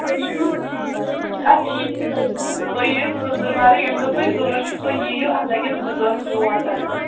تُہۍ یِیِو اَدٕ ٹھیٖک چھُ تُہۍ ییو ژٔنٛدٔر وارٕے ییٚمہِ دۄہ تۄہہِ ضروٗرت چھُو تُہۍ یِیو اَتھ لَگن زٕ دۄہ لون ترنَس